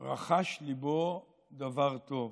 רחש ליבו דבר טוב,